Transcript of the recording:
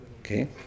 Okay